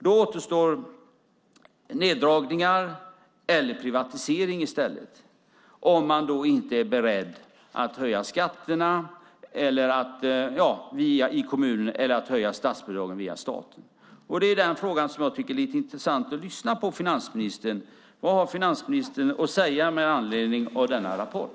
Då återstår neddragningar eller privatisering om man inte är beredd att höja skatterna i kommunerna eller att höja statsbidragen via staten. Det är i den frågan som jag tycker att det är intressant att lyssna på finansministern. Vad har finansministern att säga med anledning av denna rapport?